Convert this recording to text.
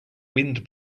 wind